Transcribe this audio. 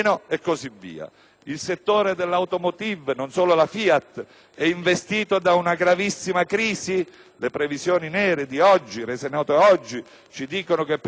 Il settore dell'automotive, non solo la FIAT, è investito da una gravissima crisi? Le previsioni nere rese note oggi ci dicono che per il 2009